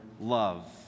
love